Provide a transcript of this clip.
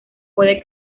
puede